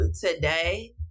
today